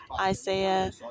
Isaiah